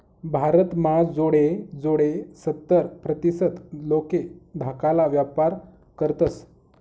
भारत म्हा जोडे जोडे सत्तर प्रतीसत लोके धाकाला व्यापार करतस